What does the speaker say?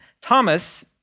Thomas